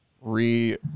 re